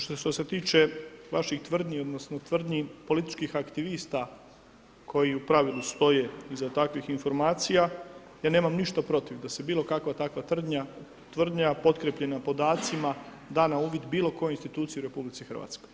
Što se tiče vaših tvrdnji, onda, tvrdnji političkih aktivista, koji u pravilu stoje iza takvih informacija, ja nemam ništa protiv, da se bilo kakva takva tvrdnja potkrijepljena podacima, da na uvidi bilo kojoj instituciji u RH.